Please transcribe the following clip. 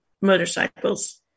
motorcycles